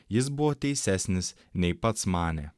jis buvo teisesnis nei pats manė